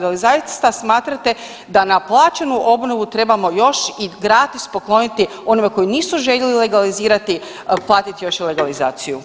Da li zaista smatrate da na plaćenu obnovu trebamo još i gratis pokloniti onima koji nisu željeli legalizirati, platiti još i legalizaciju.